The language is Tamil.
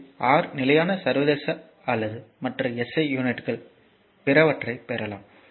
இது 6 நிலையான சர்வதேசம் அல்லது மற்ற எஸ்ஐ யூனிட்கள் பிறவற்றைப் பெறலாம்